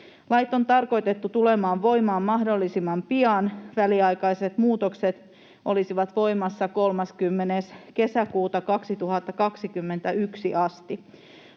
Lait on tarkoitettu tulemaan voimaan mahdollisimman pian. Väliaikaiset muutokset olisivat voimassa 30. kesäkuuta 2021 asti.